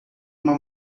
uma